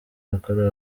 yakorewe